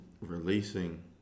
releasing